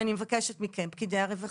ואני מבקשת מכם פקידי הרווחה,